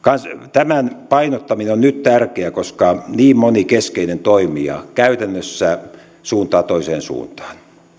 tämän painottaminen on nyt tärkeää koska niin moni keskeinen toimija käytännössä suuntaa toiseen suuntaan